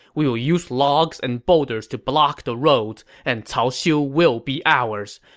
we will use logs and boulders to block the roads, and cao xiu will be ours.